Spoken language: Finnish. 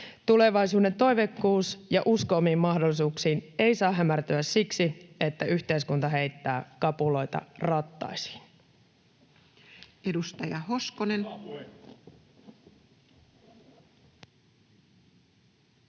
Tulevaisuuden toiveikkuus ja usko omiin mahdollisuuksiin ei saa hämärtyä siksi, että yhteiskunta heittää kapuloita rattaisiin.